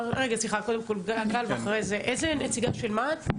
סליחה, קודם כל גל ואחרי זה את, נציגה של מה את?